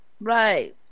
right